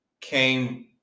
came